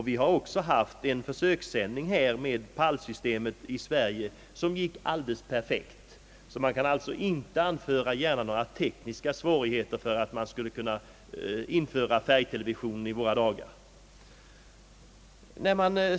Vi har i vårt land genomfört försök med PAL-systemet, vilka förlöpte helt perfekt. Det kan alltså inte anföras tekniska svårigheter som skäl mot att nu införa färg-TV i Sverige.